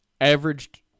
averaged